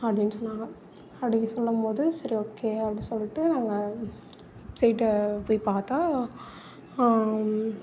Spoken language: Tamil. அப்படினு சொன்னாங்க அப்படினு சொல்லும் போது சரி ஓகே அப்படி சொல்லிட்டு அவங்க வெப்சைட்ட போய் பார்த்தா